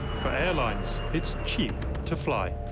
for airlines it's cheap to fly.